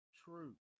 truth